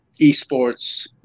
esports